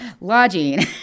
Lodging